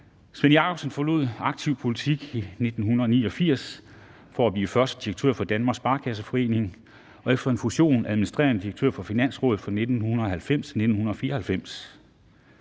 Svend Jakobsen forlod aktiv politik i 1989 for først at blive direktør for Danmarks Sparekasseforening og efter en fusion administrerende direktør for Finansrådet fra 1990 til 1994.